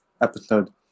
episode